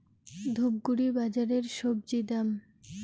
ধূপগুড়ি বাজারের স্বজি দাম?